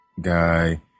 guy